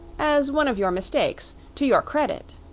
as one of your mistakes to your credit.